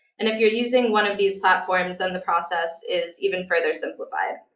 and if you're using one of these platforms, then the process is even further simplified.